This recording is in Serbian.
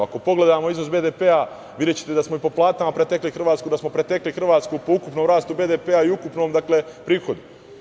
Ako pogledamo iznos BDP-a, videćete da smo i po platama pretekli Hrvatsku i da smo je pretekli po ukupnom rastu BDP-a i ukupnom prihodu.